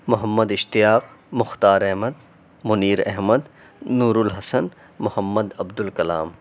Muhammad Ishtiaq Mukhtar Ahmad Munir Ahmad Noorul Hasan Muhammad Abdul Kalam